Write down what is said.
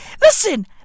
listen